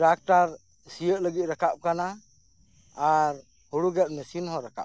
tractor ᱥᱤᱭᱳᱜ ᱞᱟᱹᱜᱤᱫ ᱨᱟᱠᱟᱵ ᱠᱟᱱᱟ ᱟᱨ ᱦᱩᱲᱩ ᱜᱮᱫ ᱢᱮᱥᱤᱱ ᱦᱚᱸ ᱨᱟᱠᱟᱵ ᱠᱟᱱᱟ